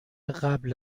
قبل